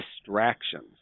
distractions